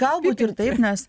galbūt ir taip nes